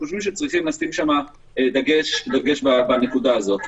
חושבים שצריך לשים דגש על הנקודה הזאת.